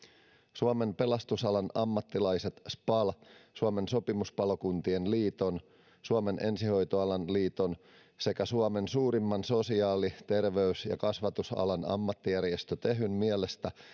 suomen pelastusalan ammattilaiset spalin suomen sopimuspalokuntien liiton suomen ensihoitoalan liiton sekä suomen suurimman sosiaali terveys ja kasvatusalan ammattijärjestön tehyn mielestä